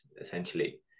essentially